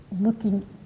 looking